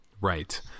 Right